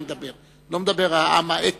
אני לא מדבר על העם האתני,